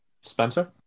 Spencer